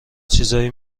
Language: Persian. چیزایی